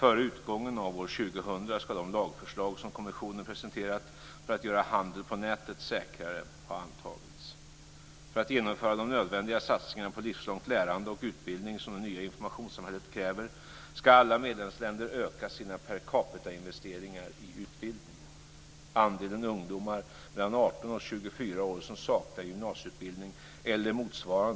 Före utgången av år 2000 ska de lagförslag som kommissionen presenterat för att göra handeln på nätet säkrare ha antagits. För att genomföra de nödvändiga satsningarna på ett livslångt lärande och utbildning som det nya informationssamhället kräver ska alla medlemsländer öka sina per capita-investeringar i utbildning.